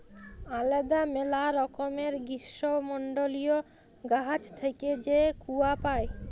আলেদা ম্যালা রকমের গীষ্মমল্ডলীয় গাহাচ থ্যাইকে যে কূয়া পাই